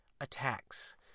attacks